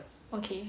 okay